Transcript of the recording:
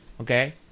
okay